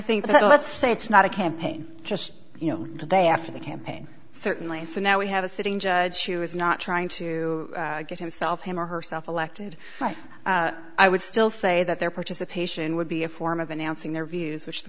think that let's say it's not a campaign just you know the day after the campaign certainly so now we have a sitting judge who is not trying to get himself him or herself elected but i would still say that their participation would be a form of announcing their views which t